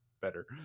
better